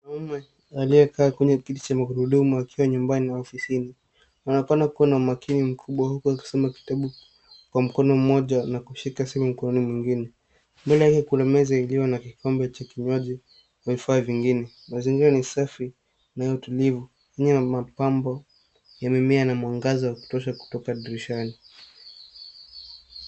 Mwanaume aliyekaa kwenye kiti cha magurudumu akiwa nyumbani au ofisini. Anaonekana kuwa na makini mkubwa huku akisoma kitabu kwa mkono mmoja na kushika simu kwa mkono mwingine. Mbele yake kuna meza iliyo na kikombe cha kinywaji na vifaa vingine. Mazingira ni safi na ya tulivu inayo mapambobya mimea na mwangaza wa kutosha kutoka dirishani.